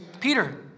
Peter